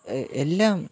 എല്ലാം